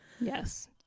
Yes